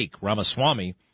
Ramaswamy